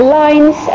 lines